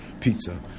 pizza